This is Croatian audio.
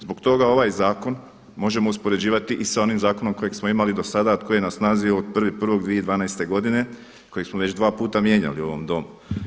Zbog toga ovaj zakon možemo uspoređivati i sa onim zakonom kojeg smo imali dosada a koji je na snazi od 1.1.2012. godine kojeg smo već dva puta mijenjali u ovom Domu.